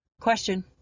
question